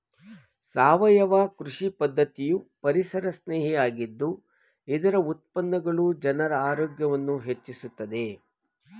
ಸಾವಯವ ಕೃಷಿ ಪದ್ಧತಿಯು ಪರಿಸರಸ್ನೇಹಿ ಆಗಿದ್ದು ಇದರ ಉತ್ಪನ್ನಗಳು ಜನರ ಆರೋಗ್ಯವನ್ನು ಹೆಚ್ಚಿಸುತ್ತದೆ